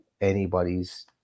anybody's